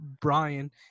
brian